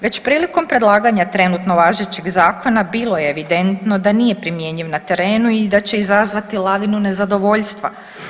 Već prilikom predlaganja trenutno važećeg zakona bilo je evidentno da nije primjenjiv na terenu i da će izazvati lavinu nezadovoljstva.